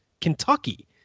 Kentucky